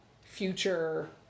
future